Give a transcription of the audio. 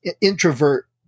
introvert